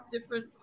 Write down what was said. different